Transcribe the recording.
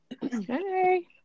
Hey